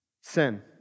Sin